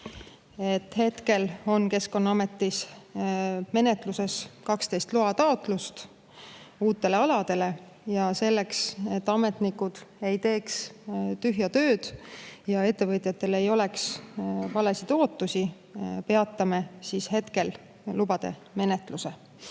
hetkel on Keskkonnaametis menetluses 12 uute aladega seotud loataotlust ja selleks, et ametnikud ei teeks tühja tööd ja ettevõtjatel ei oleks valesid ootusi, peatame hetkel lubade menetlemise.